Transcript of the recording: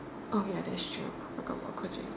orh ya that's true we'll talk about quitting